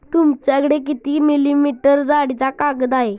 तुमच्याकडे किती मिलीमीटर जाडीचा कागद आहे?